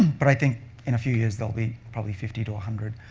but i think in a few years, they'll be probably fifty to one hundred.